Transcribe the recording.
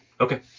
Okay